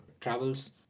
travels